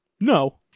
No